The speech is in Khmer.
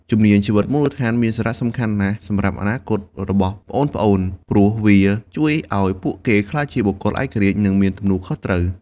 ជំនាញជីវិតមូលដ្ឋានមានសារៈសំខាន់ណាស់សម្រាប់អនាគតរបស់ប្អូនៗ ព្រោះវាជួយឱ្យពួកគេក្លាយជាបុគ្គលឯករាជ្យ និងមានទំនួលខុសត្រូវ។